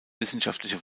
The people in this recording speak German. wissenschaftliche